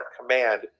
command